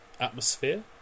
Atmosphere